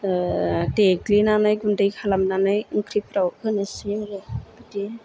देग्लिनानै गुन्दै खालामनानै ओंख्रिफ्राव होनोसै आरो बिदि